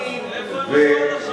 קבלנים, שמאים, איפה הם היו עד עכשיו?